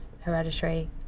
hereditary